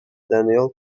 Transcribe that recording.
daniel